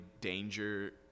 danger